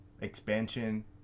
expansion